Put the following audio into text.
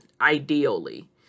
ideally